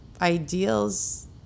ideals